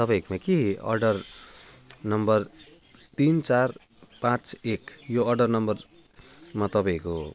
तपाईँहरूकोमा के order number तिन चार पाँच एक यो अडर नम्बरमा तपाईँहरूको